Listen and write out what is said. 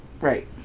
Right